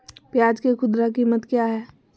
प्याज के खुदरा कीमत क्या है?